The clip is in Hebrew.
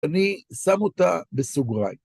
אני שם אותה בסוגריים.